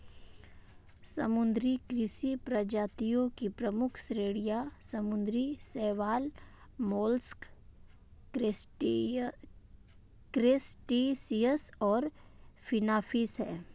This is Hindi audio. समुद्री कृषि प्रजातियों की प्रमुख श्रेणियां समुद्री शैवाल, मोलस्क, क्रस्टेशियंस और फिनफिश हैं